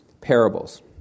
parables